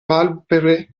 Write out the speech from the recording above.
palpebre